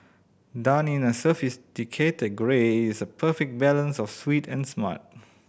done in a sophisticated grey it is a perfect balance of sweet and smart